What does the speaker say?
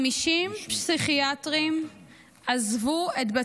50 פסיכיאטרים עזבו את,